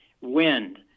wind